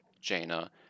Jaina